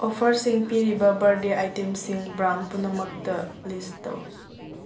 ꯑꯣꯐꯔꯁꯤꯡ ꯄꯤꯔꯤꯕ ꯕꯥꯔꯗꯦ ꯑꯥꯏꯇꯦꯝꯁꯤꯡ ꯕ꯭ꯔꯥꯟ ꯄꯨꯝꯅꯃꯛꯇ ꯂꯤꯁ ꯇꯧ